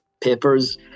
papers